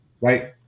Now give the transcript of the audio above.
right